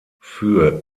für